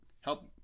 help